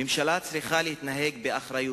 ממשלה צריכה להתנהג באחריות,